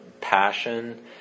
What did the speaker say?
passion